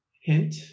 hint